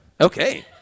Okay